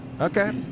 Okay